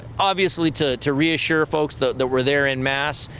obviously to to reassure folks that that were there and mask,